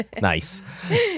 nice